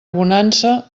bonança